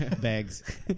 bags